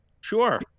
sure